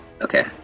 Okay